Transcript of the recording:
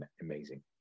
amazing